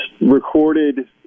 recorded